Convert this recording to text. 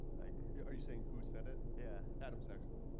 like are you, saying who said it, yeah, adam saxon.